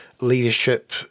leadership